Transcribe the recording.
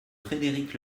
frédéric